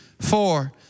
four